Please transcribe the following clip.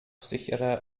sicherer